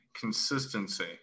consistency